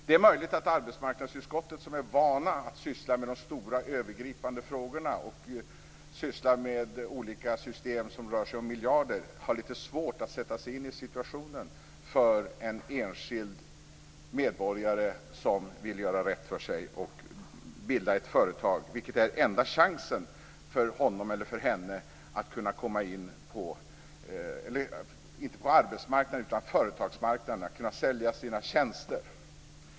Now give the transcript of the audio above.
Det är möjligt att arbetsmarknadsutskottet, som är vant vid att syssla med de stora, övergripande frågorna och med olika system som omfattar miljarder, har litet svårt att sätta sig in i situationen för en enskild medborgare som vill göra rätt för sig och bilda ett företag, vilket är enda chansen för honom eller henne att komma in, inte på arbetsmarknaden utan på företagsmarknaden, och där sälja sina tjänster.